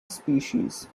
species